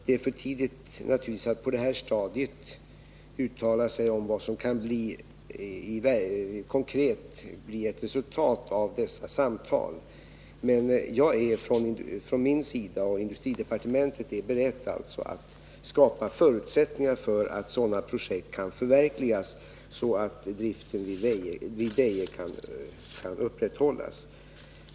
Det är naturligtvis på det här stadiet för tidigt att uttala sig om vad som kan bli det konkreta resultatet av dessa samtal. Men jag och industridepartementet är beredda att skapa förutsättningar för att sådana projekt skall kunna förverkligas, så att driften vid Deje kan upprätthållas.